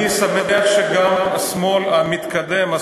אני שמח שגם השמאל המתקדם,